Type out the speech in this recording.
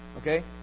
Okay